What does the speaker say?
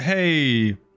hey